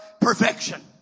perfection